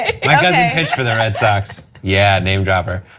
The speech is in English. itched for the red sox. yeah name dropper.